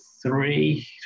three